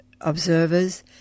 observers